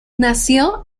nació